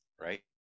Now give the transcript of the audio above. Right